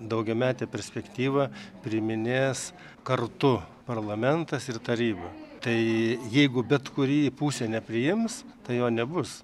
daugiametė perspektyva priiminės kartu parlamentas ir taryba tai jeigu bet kuri pusė nepriims tai jo nebus